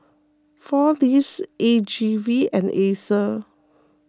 four Leaves A G V and Acer